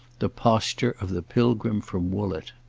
the posture of the pilgrim from woollett.